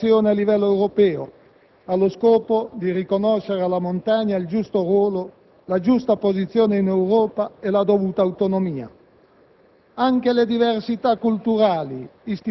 e continuare nella loro attività di sensibilizzazione a livello europeo, allo scopo di riconoscere alla montagna il giusto ruolo, la giusta posizione in Europa e la dovuta autonomia.